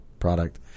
product